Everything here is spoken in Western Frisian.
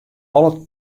alle